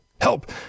Help